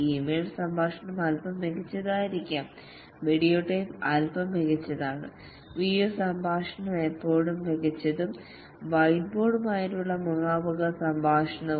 email സംഭാഷണം അൽപ്പം മികച്ചതായിരിക്കാം വീഡിയോടേപ്പ് അൽപ്പം മികച്ചതാണ് വീഡിയോ സംഭാഷണം ഇപ്പോഴും മികച്ചതും വൈറ്റ്ബോർഡുമായുള്ള മുഖാമുഖ സംഭാഷണവും